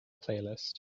playlist